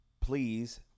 Please